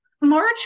March